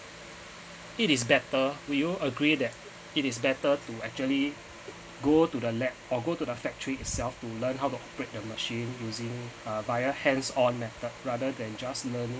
it is better will you agree that it is better to actually go to the lab or go to the factory itself to learn how to operate a machine using via hands-on method rather than just learning